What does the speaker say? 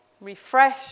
refresh